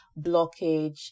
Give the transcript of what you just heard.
blockage